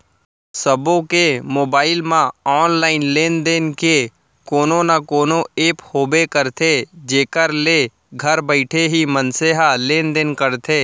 सबो के मोबाइल म ऑनलाइन लेन देन के कोनो न कोनो ऐप होबे करथे जेखर ले घर बइठे ही मनसे ह लेन देन करथे